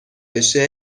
بشه